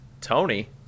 Tony